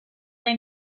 they